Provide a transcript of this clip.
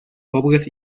pobres